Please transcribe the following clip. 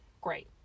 Great